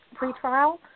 pretrial